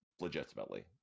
legitimately